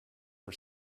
for